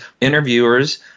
interviewers